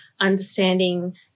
understanding